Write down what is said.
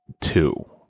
two